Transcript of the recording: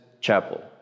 Chapel